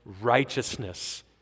righteousness